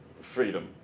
freedom